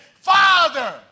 Father